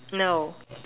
no